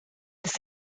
this